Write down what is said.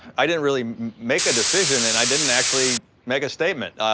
i didn't really make a decision and i didn't actually make a statement.